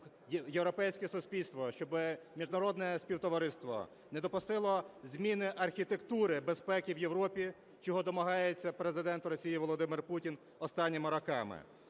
європейське суспільство, щоб міжнародне співтовариство не допустило зміни архітектури безпеки в Європі, чого домагається Президент Росії Володимир Путін останніми роками,